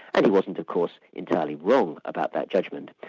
and he wasn't of course, entirely wrong about that judgment.